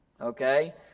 Okay